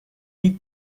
niet